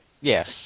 Yes